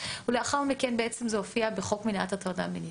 ולאחר מכן זה הופיע בחוק מניעת הטרדה מינית.